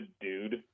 dude